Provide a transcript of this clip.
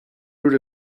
root